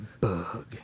bug